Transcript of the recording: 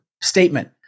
statement